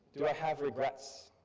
do i have regrets?